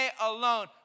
alone